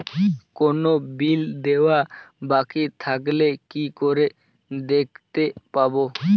কোনো বিল দেওয়া বাকী থাকলে কি করে দেখতে পাবো?